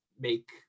make